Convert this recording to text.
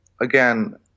Again